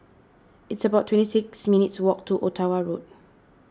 it's about twenty six minutes' walk to Ottawa Road